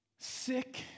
sick